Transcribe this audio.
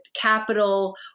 capital